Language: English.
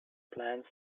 plans